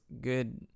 good